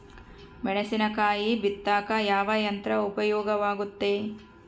ಮೆಣಸಿನಕಾಯಿ ಬಿತ್ತಾಕ ಯಾವ ಯಂತ್ರ ಉಪಯೋಗವಾಗುತ್ತೆ?